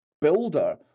builder